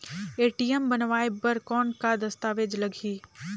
ATM बनवाय बर कौन का दस्तावेज लगही?